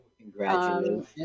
Congratulations